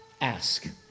Ask